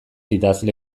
idazle